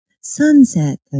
Sunset